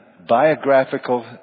biographical